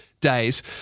days